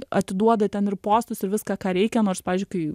atiduoda ten ir postus ir viską ką reikia nors pavyzdžiui kai